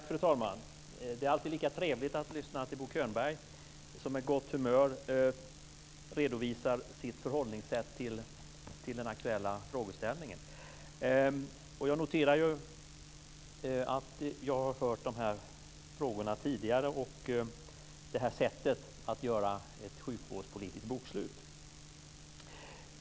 Fru talman! Det är alltid lika trevligt att lyssna till Bo Könberg som med gott humör redovisar sitt förhållningssätt till den aktuella frågeställningen. Jag noterar att jag har hört de här frågorna tidigare och sättet att göra ett sjukvårdspolitiskt bokslut.